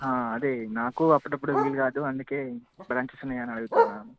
అదే నాకు అప్పుడప్పుడు వీలు కాదు అందుకే బ్రాంచెస్ ఉన్నాయా అని అడుగుతున్నాను